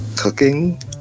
cooking